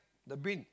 the bin